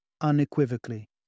unequivocally